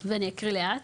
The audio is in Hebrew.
ואני אקריא לאט